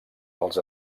dels